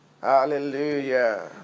Hallelujah